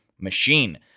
machine